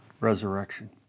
resurrection